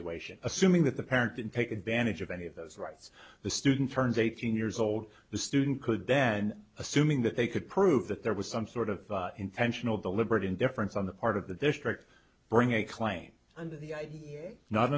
evaluation assuming that the parent didn't take advantage of any of those rights the student turns eighteen years old the student could then assuming that they could prove that there was some sort of intentional deliberate indifference on the part of the district bringing a claim and no